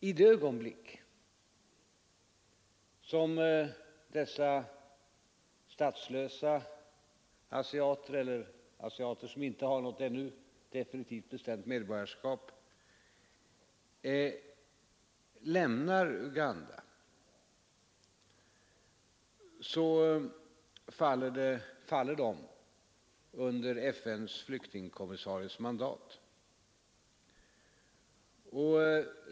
I det ögonblick som dessa statslösa asiater — eller asiater som inte har något ännu definitivt bestämt medborgarskap — lämnar Uganda faller de under FN:s flyktingkommissaries mandat.